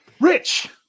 Rich